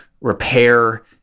repair